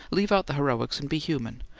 leave out the heroics and be human.